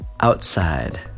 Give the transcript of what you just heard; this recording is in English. outside